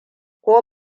ko